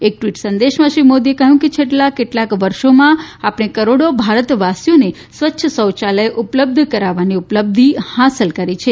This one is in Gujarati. એક ટ્વીટ સંદેશમાં શ્રી મોદીએ કહ્યું છે કે છેલ્લા કેટલાંક વર્ષોમાં આપણે કરોડો ભારતવાસીઓને સ્વચ્છ શૌચાલય ઉપલબ્ધ કરાવવાની ઉપલબ્ધી હાંસલ કરી છે